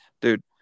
dude